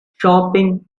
shopping